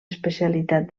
especialitat